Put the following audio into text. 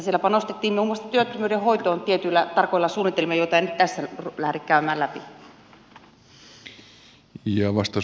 siellä panostettiin muun muassa työttömyyden hoitoon tietyillä tarkoilla suunnitelmilla joita en nyt tässä lähde käymään läpi